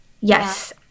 Yes